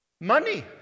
Money